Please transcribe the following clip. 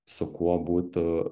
su kuo būtų